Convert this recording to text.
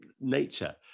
nature